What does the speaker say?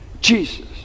Jesus